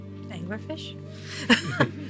Anglerfish